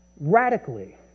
radically